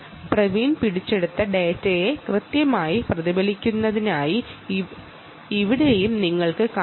പ്രവീൺ പിടിച്ചെടുത്ത ഡാറ്റയെ കൃത്യമായി പ്രതിഫലിപ്പിക്കുന്നതായി ഇവിടെയും നിങ്ങൾക്ക് കാണാം